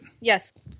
Yes